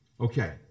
Okay